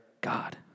God